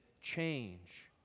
change